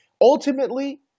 Ultimately